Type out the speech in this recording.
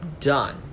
Done